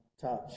touch